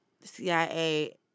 CIA